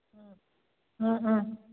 ꯎꯝ ꯎꯝ ꯎꯝ